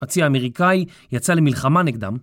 הצי האמריקאי יצא למלחמה נגדם